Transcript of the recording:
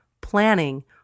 planning